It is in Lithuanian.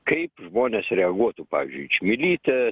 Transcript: kaip žmonės reaguotų pavyzdžiui į čmilytę